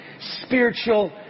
spiritual